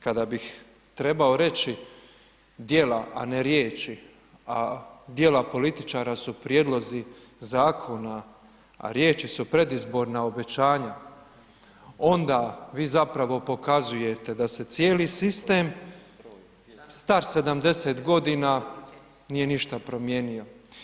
Kada bih trebao reći, dijela a ne riječi, a dijela političara su prijedlozi zakona, a riječi su predizborna obećanja, onda vi zapravo pokazujete da se cijeli sistem, star 70 g. nije ništa promijenio.